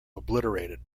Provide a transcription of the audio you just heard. obliterated